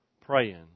praying